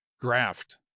graft